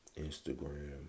Instagram